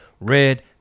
red